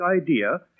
idea